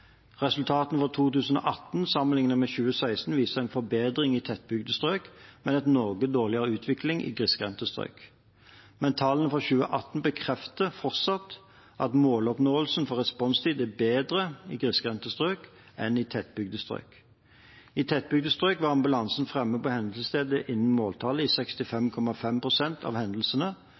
resultatene for 2016 viser en forbedring i tettbygde strøk, men en noe dårligere utvikling i grisgrendte strøk. Men tallene for 2018 bekrefter fortsatt at måloppnåelsen for responstid er bedre i grisgrendte strøk enn i tettbygde strøk. I tettbygde strøk var ambulansen framme på hendelsesstedet innen måltallet i 65,5 pst. av hendelsene.